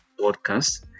podcast